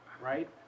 right